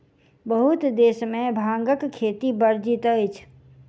बहुत देश में भांगक खेती वर्जित अछि